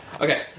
Okay